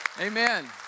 Amen